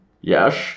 Yes